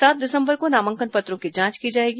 सात दिसंबर को नामांकन पत्रों की जांच की जाएगी